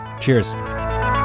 Cheers